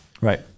Right